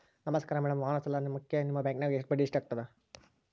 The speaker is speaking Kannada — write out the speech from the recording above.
ನಮಸ್ಕಾರ ಮೇಡಂ ವಾಹನ ಸಾಲಕ್ಕೆ ನಿಮ್ಮ ಬ್ಯಾಂಕಿನ್ಯಾಗ ಬಡ್ಡಿ ಎಷ್ಟು ಆಗ್ತದ?